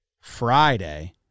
Friday